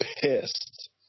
pissed